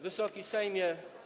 Wysoki Sejmie!